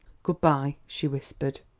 good-by, she whispered.